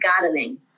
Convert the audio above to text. gardening